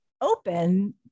open